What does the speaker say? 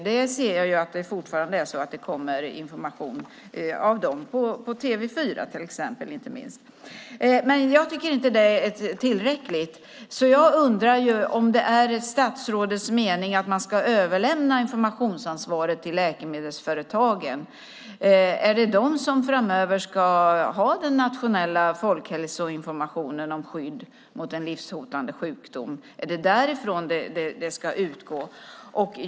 Jag ser att det fortfarande kommer information från dem, inte minst exempelvis på TV4. Jag tycker inte att det som nämnts här är tillräckligt. Är det statsrådets mening att informationsansvaret ska överlämnas till läkemedelsföretagen? Är det de som framöver ska ha hand om den nationella folkhälsoinformationen om skydd mot en livshotande sjukdom? Är det alltså därifrån informationen ska utgå?